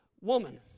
woman